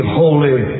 holy